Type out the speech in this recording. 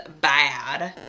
Bad